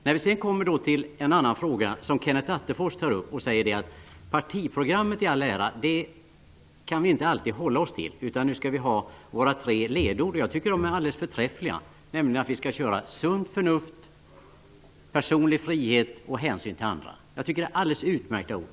Partiprogrammet i all ära, säger Kenneth Attefors, det kan vi inte alltid hålla oss till. Nu skall vi ha våra tre ledord. Jag tycker att de är alldeles förträffliga, nämligen sunt förnuft, personlig frihet och hänsyn till andra. Jag tycker att det är alldeles utmärkta ord.